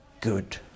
good